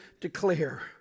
declare